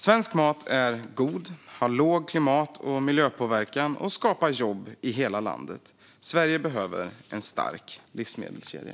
Svensk mat är god, har låg klimat och miljöpåverkan och skapar jobb i hela landet. Sverige behöver en stark livsmedelskedja.